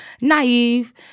naive